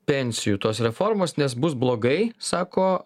pensijų tos reformos nes bus blogai sako